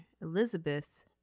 Elizabeth